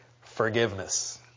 forgiveness